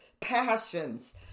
passions